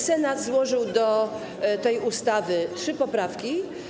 Senat złożył do tej ustawy trzy poprawki.